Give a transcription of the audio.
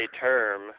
term